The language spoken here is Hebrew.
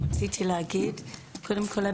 קודם כול,